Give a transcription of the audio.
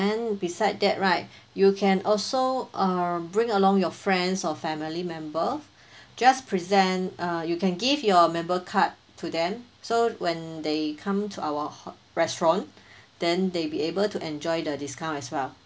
beside that right you can also err bring along your friends or family member just present err you can give your member card to them so when they come to our hot restaurant then they be able to enjoy the discount as well